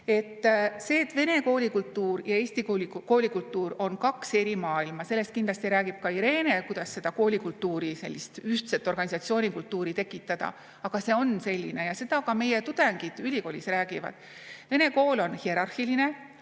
See, et vene koolikultuur ja eesti koolikultuur on kaks eri maailma, sellest kindlasti räägib ka Irene: kuidas seda koolikultuuri, sellist ühtset organisatsioonikultuuri tekitada. See on nii ja seda ka meie tudengid ülikoolis räägivad. Vene kool on hierarhiline,